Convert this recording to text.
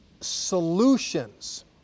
solutions